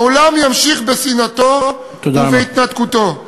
העולם ימשיך בשנאתו ובהתנתקותו.